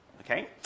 okay